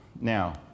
Now